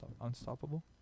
Unstoppable